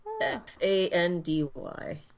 X-A-N-D-Y